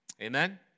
Amen